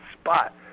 spot